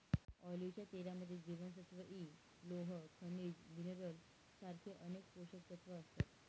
ऑलिव्हच्या तेलामध्ये जीवनसत्व इ, लोह, खनिज मिनरल सारखे अनेक पोषकतत्व असतात